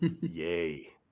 Yay